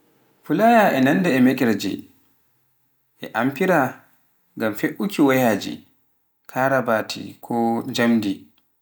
fulaya, e nannda e mekerje, e amfire ngam fe'uuki wayaaji karaabaati, ko njamdi.